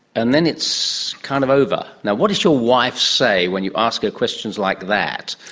and then it's kind of over. what does your wife say when you ask questions like that,